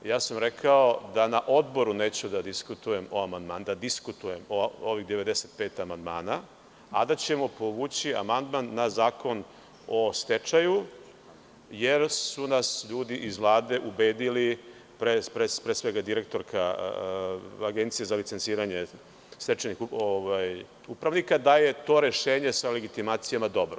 Ja sam rekao da na odboru neću da diskutujem o amandmanu, da diskutujem o ovih 95 amandmana, a da ćemo povući amandman na Zakon o stečaju, jer su nas ljudi iz Vlade ubedili, pre svega direktorka Agencije za licenciranje stečajnih upravnika, da je to rešenje sa legitimacijama dobro.